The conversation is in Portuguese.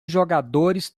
jogadores